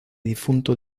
difunto